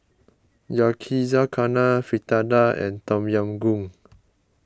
Yakizakana Fritada and Tom Yam Goong